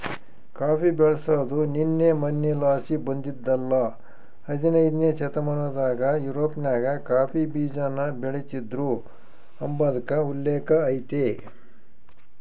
coffee ಬೆಳ್ಸಾದು ನಿನ್ನೆ ಮನ್ನೆಲಾಸಿ ಬಂದಿದ್ದಲ್ಲ ಹದನೈದ್ನೆ ಶತಮಾನದಾಗ ಯುರೋಪ್ನಾಗ ಕಾಫಿ ಬೀಜಾನ ಬೆಳಿತೀದ್ರು ಅಂಬಾದ್ಕ ಉಲ್ಲೇಕ ಐತೆ